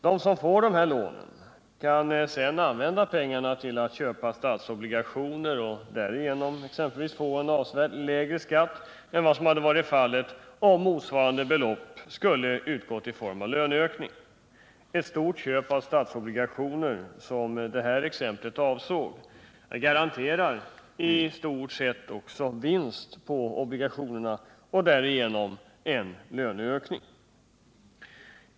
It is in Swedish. De som får dessa lån kan sedan använda pengarna till att köpa statsobligationer och därigenom få en avsevärt lägre skatt än vad som hade varit fallet, om motsvarande belopp skulle ha utgått i form av löneökning. Ett stort köp av statsobligationer, som det här exemplet avsåg, garanterar i stort sett också vinst på obligationerna och därigenom löneökning.